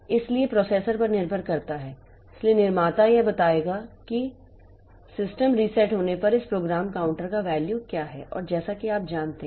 इसलिए प्रोसेसर पर निर्भर करता है इसलिए यह निर्माता बताएगा कि सिस्टम रीसेट होने पर इस प्रोग्राम काउंटर का वैल्यू क्या है और जैसा कि आप जानते हैं